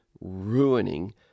ruining